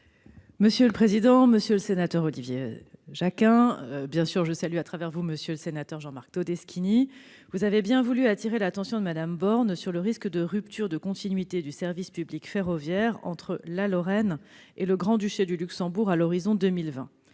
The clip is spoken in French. la secrétaire d'État. Monsieur le sénateur Olivier Jacquin- je salue à travers vous M. le sénateur Jean-Marc Todeschini -, vous avez bien voulu appeler l'attention de Mme Borne sur le risque de rupture de la continuité du service public ferroviaire entre la Lorraine et le Grand-Duché de Luxembourg à l'horizon de 2020.